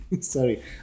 Sorry